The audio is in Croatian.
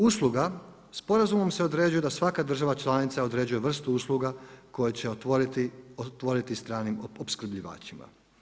U području usluga sporazumom se određuje da svaka država članica određuje vrstu usluga koje će otvoriti stranim opskrbljivačima.